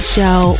Show